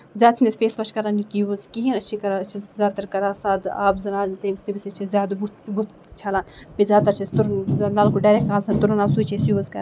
زیادٕ چھِنہٕ أسۍ فیس واش کران یوٗز کِہینۍ أسۍ چھِ زیادٕ تر کران سادٕ آب یوٗز تَمہِ سۭتۍ چھِ زیادٕ بُتھ بُتھ چھلان بیٚیہِ زیادٕ تر چھِ أسۍ تُرُن نَلکہٕ ڈَریکٹ تُرُن آب سُے چھِ أسۍ یوٗز کران